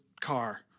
car